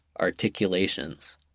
articulations